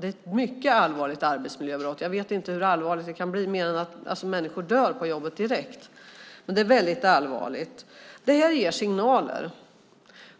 Det är ett mycket allvarligt arbetsmiljöbrott. Jag vet inte om det kan bli allvarligare än om människor dör direkt på jobbet. Det är väldigt allvarligt. Det här ger signaler.